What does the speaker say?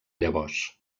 llavors